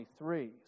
23